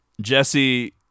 Jesse